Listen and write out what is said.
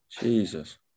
Jesus